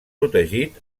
protegit